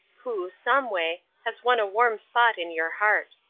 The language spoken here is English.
who, someway, has won a warm spot in your heart.